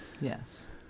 Yes